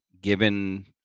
given